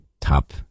Top